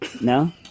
No